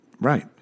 Right